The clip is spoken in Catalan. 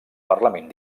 parlament